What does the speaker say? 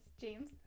James